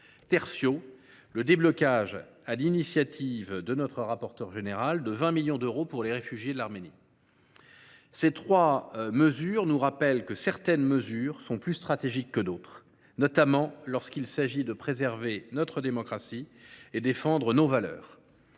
; le déblocage, sur l’initiative de notre rapporteur général, de 20 millions d’euros pour les réfugiés en Arménie. Cela nous rappelle que certaines mesures sont plus stratégiques que d’autres, notamment lorsqu’il s’agit de préserver notre démocratie et de défendre nos valeurs.